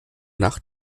nach